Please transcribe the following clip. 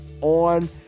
on